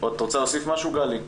את רוצה להוסיף משהו, גלי?